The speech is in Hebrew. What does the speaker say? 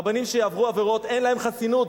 רבנים שיעברו עבירות, אין להם חסינות.